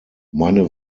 meine